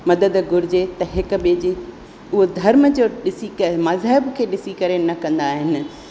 मदद घुरिजे त हिकु ॿिए जे हो धर्म जो ॾिसी करे मज़हब खे ॾिसी करे न कंदा आहिनि